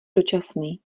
dočasný